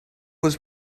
was